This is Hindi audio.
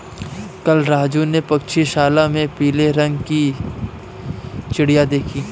कल राजू ने पक्षीशाला में पीले रंग की चिड़िया देखी